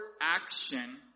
action